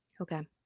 Okay